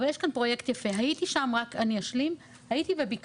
אבל יש כאן פרויקט יפה, הייתי שם, הייתי וביקרתי